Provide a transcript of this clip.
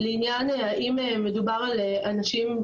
לעניין האם מדובר על אנשים,